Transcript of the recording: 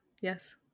Yes